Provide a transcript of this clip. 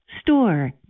store